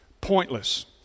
pointless